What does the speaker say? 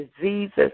diseases